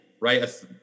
right